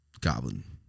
goblin